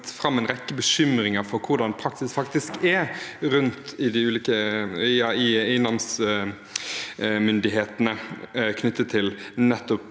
fram en rekke bekymringer for hvordan praksis faktisk er i de ulike namsmyndighetene knyttet til nettopp